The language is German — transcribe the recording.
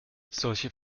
solche